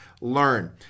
learn